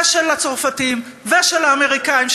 ושל הצרפתים ושל האמריקנים,